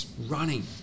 running